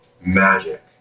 magic